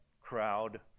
crowd